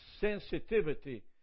sensitivity